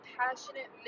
passionate